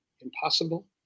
Impossible